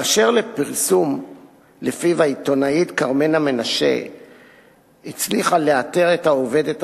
באשר לפרסום שלפיו העיתונאית כרמלה מנשה הצליחה לאתר את העובדת הזרה,